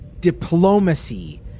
diplomacy